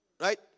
right